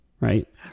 right